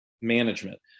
management